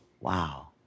Wow